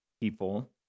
people